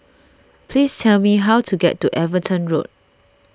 please tell me how to get to Everton Road